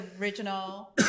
original